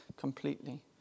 completely